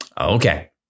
Okay